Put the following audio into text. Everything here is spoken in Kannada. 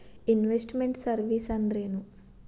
ಇನ್ವೆಸ್ಟ್ ಮೆಂಟ್ ಸರ್ವೇಸ್ ಅಂದ್ರೇನು?